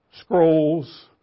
scrolls